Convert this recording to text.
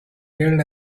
killed